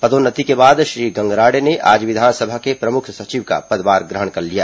पदोन्नति के बाद श्री गंगराड़े ने आज विधानसभा के प्रमुख सचिव का पदभार ग्रहण कर लिया